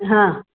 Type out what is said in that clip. हा